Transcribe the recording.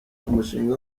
umushinga